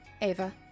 ava